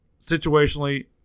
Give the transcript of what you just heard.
situationally